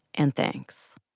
and thanks